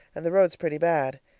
and the roads pretty bad.